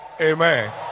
amen